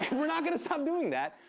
we're not going to stop doing that,